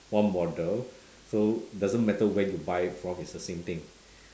one model so doesn't matter where you buy it from it's the same thing